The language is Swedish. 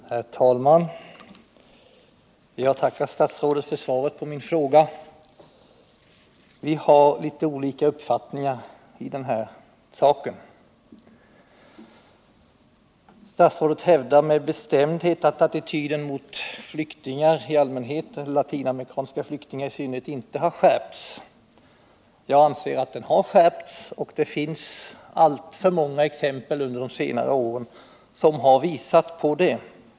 Herr talman! Jag tackar statsrådet för svaret på min fråga. Vi har litet olika uppfattningar i den här saken. Statsrådet hävdar med bestämdhet att attityden mot flyktingar i allmänhet och latinamerikanska flyktingar i synnerhet inte har skärpts. Jag anser att den har skärpts och att det har funnits alltför många exempel under de senare åren som har visat på det.